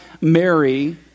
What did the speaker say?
Mary